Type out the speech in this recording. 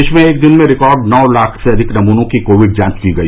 देश में एक दिन में रिकार्ड नौ लाख से अधिक नमूनों की कोविड जांच की गई